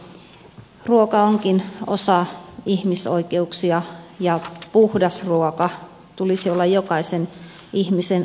ruoka onkin osa ihmisoikeuksia ja puhtaan ruuan tulisi olla jokaisen ihmisen oikeus